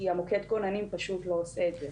כי המוקד כוננים פשוט לא עושה את זה.